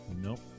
Nope